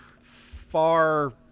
far